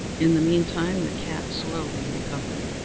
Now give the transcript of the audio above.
in the meantime the cat slowly recovered.